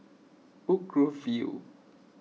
Woodgrove View